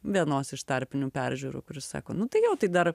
vienos iš tarpinių peržiūrų kur jis sako nu tai jo tai dar